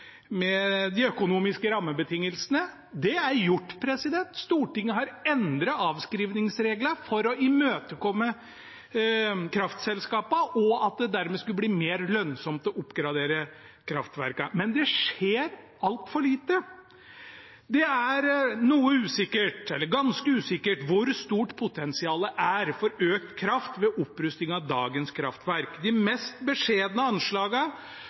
de økonomiske rammebetingelsene. Det er gjort. Stortinget har endret avskrivingsreglene for å imøtekomme kraftselskapene, slik at det dermed skulle bli mer lønnsomt å oppgradere kraftverkene. Men det skjer i altfor liten grad. Det er noe usikkert, eller ganske usikkert, hvor stort potensialet er for økt kraft ved opprustning av dagens kraftverk. Jeg har sett at de mest beskjedne